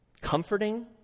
comforting